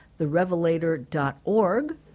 therevelator.org